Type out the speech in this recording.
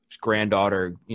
granddaughter